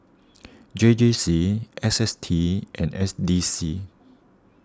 J J C S S T and S D C